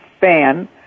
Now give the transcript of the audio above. fan